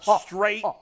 straight